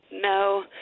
No